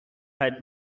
had